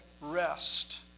rest